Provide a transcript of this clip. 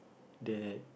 that